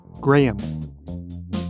Graham